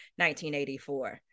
1984